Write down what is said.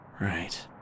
Right